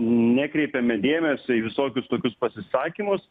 nekreipiame dėmesio į visokius tokius pasisakymus